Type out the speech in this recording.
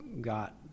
got